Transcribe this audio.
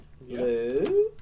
Blue